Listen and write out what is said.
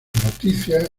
noticias